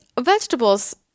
vegetables